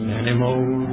anymore